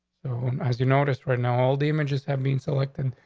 as you noticed, right now all the images have been selected,